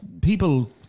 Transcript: People